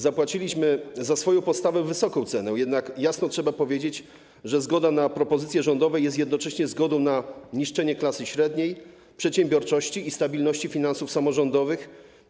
Zapłaciliśmy za swoją postawę wysoką cenę, jednak jasno trzeba powiedzieć, że zgoda na propozycje rządowe jest jednocześnie zgodą na niszczenie klasy średniej, przedsiębiorczości i stabilności finansów samorządowych.